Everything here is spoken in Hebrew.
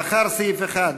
לאחר סעיף 1,